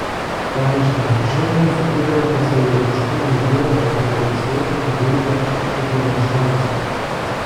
paaiškinsiu šiandien sukūrėme pasaulietiškumo idėją pernelyg silpną geibią ir vienašališką